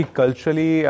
culturally